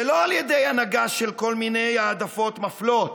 היא לא על ידי הנהגה של כל מיני העדפות מפלות,